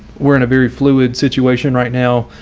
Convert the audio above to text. we're in a very fluid situation right now